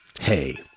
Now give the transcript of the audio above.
Hey